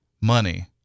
money